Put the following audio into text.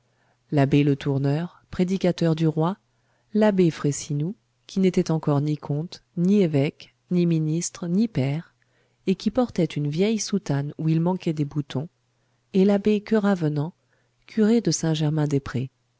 l'abbé letourneur prédicateur du roi l'abbé frayssinous qui n'était encore ni comte ni évêque ni ministre ni pair et qui portait une vieille soutane où il manquait des boutons et l'abbé keravenant curé de